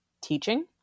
teaching